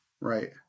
Right